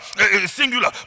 singular